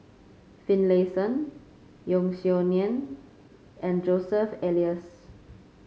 Finlayson Yeo Song Nian and Joseph Elias